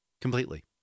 Completely